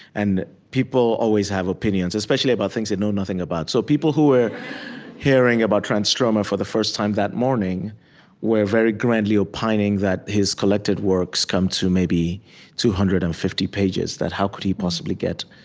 and people always have opinions, especially about things they know nothing about. so people who were hearing about transtromer for the first time that morning were very grandly opining that his collected works come to maybe two hundred and fifty pages, that how could he possibly get